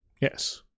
Yes